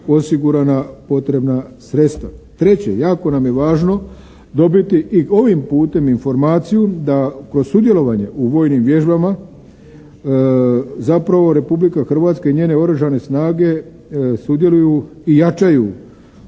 osigurana potrebna sredstva. Treće, jako nam je važno dobiti i ovim putem informaciju da kroz sudjelovanje u vojnim vježbama zapravo Republika Hrvatska i njene Oružane snage sudjeluju i jačaju